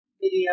video